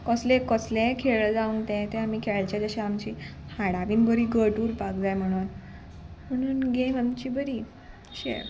कसले कसले खेळ जावन ते ते आमी खेळचे जशे आमची हाडा बीन बरी घट उरपाक जाय म्हणून म्हणून गेम आमची बरी शे